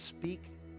speak